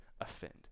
offend